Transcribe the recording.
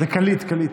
זה קליט, קליט.